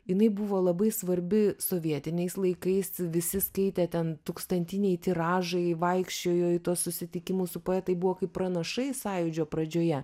jinai buvo labai svarbi sovietiniais laikais visi skaitė ten tūkstantiniai tiražai vaikščiojo į tuos susitikimus su poetai buvo kaip pranašai sąjūdžio pradžioje